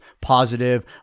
positive